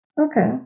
Okay